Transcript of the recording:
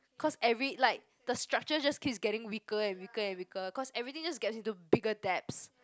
cause every like the structure just keeps getting weaker and weaker and weaker cause everything just gets into a bigger debts